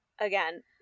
Again